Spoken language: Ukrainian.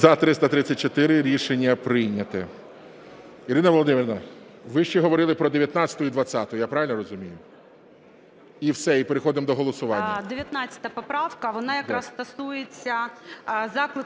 За-334 Рішення прийнято. Ірина Володимирівна, ви ще говорили про 19-у і 20-у. Я правильно розумію? І все, і переходимо до голосування.